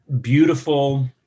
beautiful